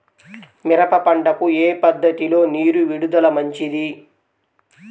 మిరప పంటకు ఏ పద్ధతిలో నీరు విడుదల మంచిది?